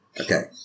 okay